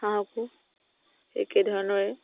হাঁহকো একেধৰণৰে